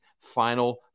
final